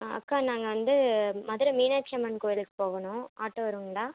ஆ அக்கா நாங்கள் வந்து மதுரை மீனாட்சி அம்மன் கோயிலுக்கு போகணும் ஆட்டோ வருங்களா